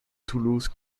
toulouse